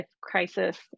crisis